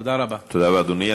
תודה רבה, אדוני.